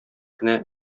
кенә